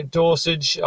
dosage